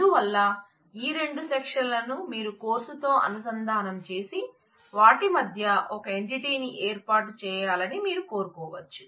అందువల్ల ఈ రెండు సెక్షన్ లను మీరు కోర్సుతో అనుసంధానం చేసి వాటి మధ్య ఒక ఎంటిటీని ఏర్పాటు చేయాలని మీరు కోరుకోవచ్చు